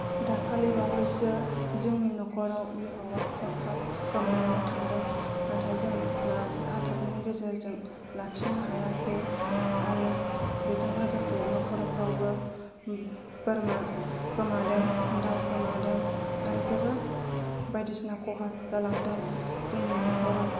दाखालि बावैसो जोंनि न'खराव हरखाब गोमानानै थांदों नाथाय जों नाजाथाबनायनि गेजेरजों लाखिनो हायासै आरो बेजों लोगोसे न'खरफोरावबो बोरमा गोमादों दाउ गोमादों आरो जोबोद बायदिसिना खहा जालांदों जोंनि न'खराव